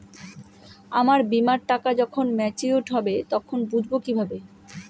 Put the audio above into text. আমার বীমার টাকা যখন মেচিওড হবে তখন বুঝবো কিভাবে?